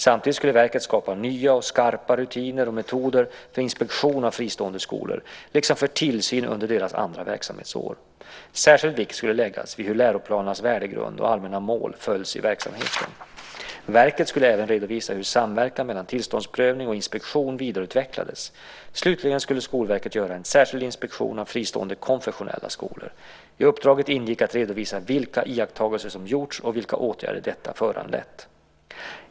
Samtidigt skulle verket skapa nya och skarpa rutiner och metoder för inspektion av fristående skolor, liksom för tillsyn under deras andra verksamhetsår. Särskild vikt skulle läggas vid hur läroplanernas värdegrund och allmänna mål följs i verksamheten. Verket skulle även redovisa hur samverkan mellan tillståndsprövning och inspektion vidareutvecklades. Slutligen skulle Skolverket göra en särskild inspektion av fristående konfessionella skolor. I uppdraget ingick att redovisa vilka iakttagelser som gjorts och vilka åtgärder detta föranlett.